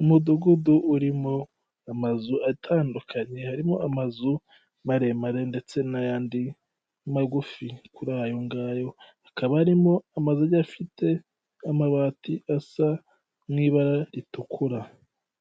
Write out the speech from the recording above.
Umudugudu urimo amazu atandukanye harimo amazu maremare ndetse n'ayandi magufi, kuri ayongayo, akaba arimo amazu agiye afite amabati asa nk'ibara ritukura